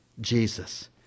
Jesus